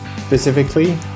Specifically